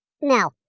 no